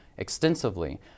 extensively